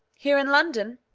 here in london?